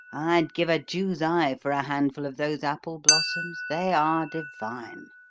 i'd give a jew's eye for a handful of those apple blossoms they are divine!